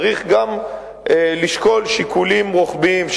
צריך גם לשקול שיקולים רוחביים,